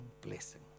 blessing